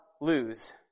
lose